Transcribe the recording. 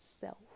self